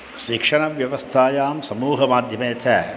शिक्षणव्यवस्थायां समूहमाध्यमे च